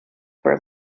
for